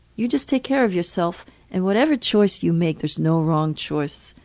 you just take care of yourself and whatever choice you make there's no wrong choice.